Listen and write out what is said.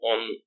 on